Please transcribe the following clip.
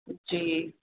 جی